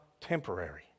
temporary